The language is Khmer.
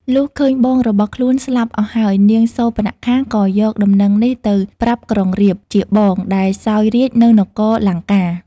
លុះឃើញបងរបស់ខ្លួនស្លាប់អស់ហើយ នាងសូរបនខាក៏យកដំណឹងនេះទៅប្រាប់ក្រុងរាពណ៍ ជាបង ដែលសោយរាជ្យនៅនគរលង្កា។